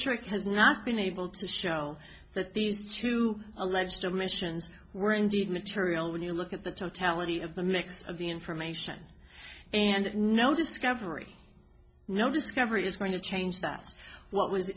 trick has not been able to show that these two alleged omissions were indeed material when you look at the totality of the mix of the information and no discovery no discovery is going to change that what was